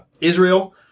Israel